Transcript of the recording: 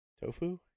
Tofu